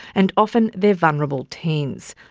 and often they're vulnerable teens.